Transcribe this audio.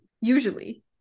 usually